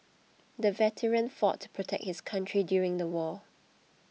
the veteran fought to protect his country during the war